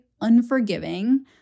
unforgiving